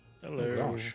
Hello